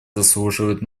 заслуживают